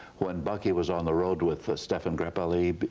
when bucky was on the road with stephane grappelli, but